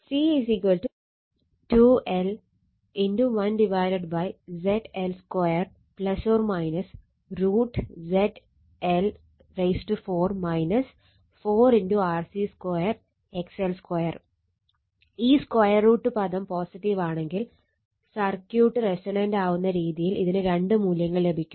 C 2L 1ZL2 ± √ZL4 4 RC2 XL2 ഈ square root പദം പോസിറ്റീവാണെങ്കിൽ സർക്യൂട്ട് റെസൊണന്റ് ആവുന്ന രീതിയിൽ ഇതിന് 2 മൂല്യങ്ങൾ ലഭിക്കും